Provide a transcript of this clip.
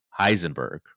Heisenberg